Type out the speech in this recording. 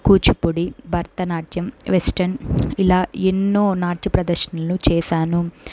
Kuchipudi Bharatanatyam western ఇలా ఎన్నో నాట్య ప్రదర్శనలు చేసాను